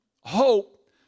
hope